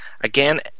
Again